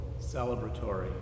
celebratory